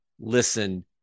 listen